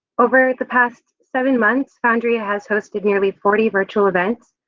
over the past seven months, foundry has hosted nearly forty virtual events.